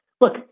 look